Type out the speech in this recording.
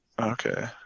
okay